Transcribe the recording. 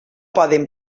poden